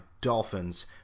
Dolphins